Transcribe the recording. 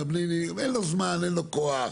אין לו זמן, אין לו כוח,